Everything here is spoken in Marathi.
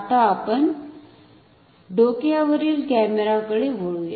आता आपण डोक्यावरील कॅमेरा कडे वळूया